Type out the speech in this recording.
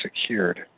secured